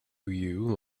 you